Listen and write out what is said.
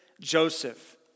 Joseph